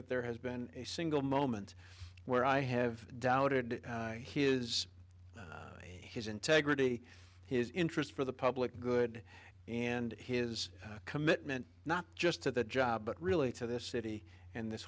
that there has been a single moment where i have doubted his his integrity his interest for the public good and his commitment not just to the job but really to this city and this